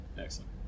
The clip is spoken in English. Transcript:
excellent